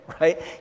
right